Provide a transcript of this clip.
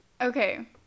Okay